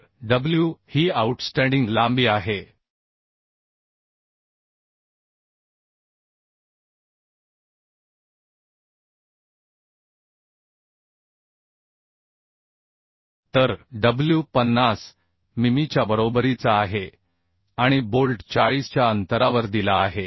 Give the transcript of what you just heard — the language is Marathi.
तर डब्ल्यू ही आऊटस्टँडिंग लांबी आहे तर डब्ल्यू 50 मिमीच्या बरोबरीचा आहे आणि बोल्ट 40 च्या अंतरावर दिला आहे